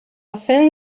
thin